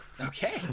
Okay